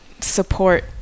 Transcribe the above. support